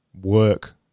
work